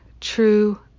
true